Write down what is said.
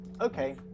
Okay